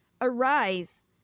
Arise